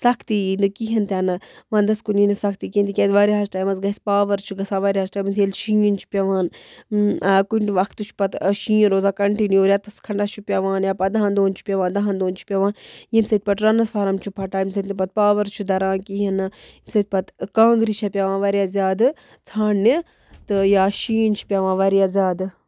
سَختی یی نہٕ کِہیٖنۍ تِنہٕ وَندَس کُن یی نہٕ سختی کِہیٖنۍ تِکیٛازِ واریاہَس ٹایمَس گژھِ پاوَر چھُ گژھان واریاہَس ٹایمَس ییٚلہِ شیٖن چھُ پٮ۪وان کُنہِ وقتہٕ چھُ پَتہٕ شیٖن روزان کَنٹِنیوٗ رٮ۪تَس کھٔنٛڈَس چھُ پٮ۪وان یا پَنٛدہَن دۄہَن چھُ پٮ۪وان دَہَن دۄہَن چھُ پٮ۪وان ییٚمۍ سۭتۍ پَتہٕ ٹرٛانَسفارَم چھُ پھٹان ییٚمۍ سۭتۍ نہٕ پَتہٕ پاوَر چھُ دَران کِہیٖنۍ نہٕ ییٚمۍ سۭتۍ پَتہٕ کانٛگرِ چھےٚ پٮ۪وان واریاہ زیادٕ ژھانٛڈنہِ تہٕ یا شیٖن چھِ پٮ۪وان واریاہ زیادٕ